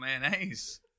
mayonnaise